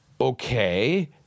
Okay